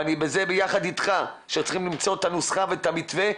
וזה ביחד איתך שצריכים למצוא את הנוסחה ואת המתווה,